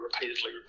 repeatedly